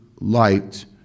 light